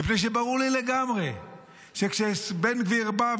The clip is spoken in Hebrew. מפני שברור לי לגמרי שבן גביר בא,